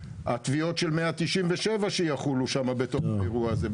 התביעות של 197 שיחולו שם בתוך האירוע הזה.